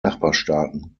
nachbarstaaten